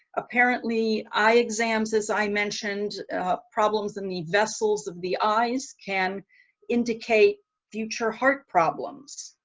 apparently eye exams as i mentioned problems and the vessels of the eyes can indicate future heart problems.